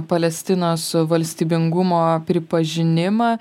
palestinos valstybingumo pripažinimą